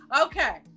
Okay